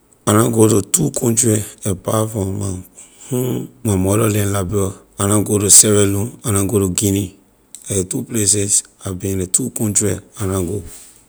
I na go to two country apart from my home my mother land liberia. I na go to sierra leone I na go to guinea la ley two places I been ley two country I na go.